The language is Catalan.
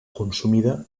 consumida